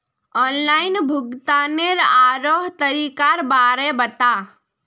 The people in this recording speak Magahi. ऑनलाइन भुग्तानेर आरोह तरीकार बारे बता